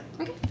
Okay